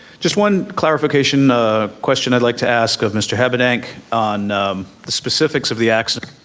just one clarification question i'd like to ask of mr. habedank on the specifics of the accident.